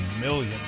million